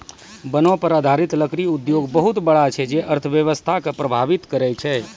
वनो पर आधारित लकड़ी उद्योग बहुत बड़ा छै जे अर्थव्यवस्था के प्रभावित करै छै